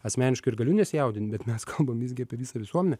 asmeniškai ir galiu nesijaudint bet mes kalbam visgi apie visą visuomenę